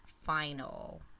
final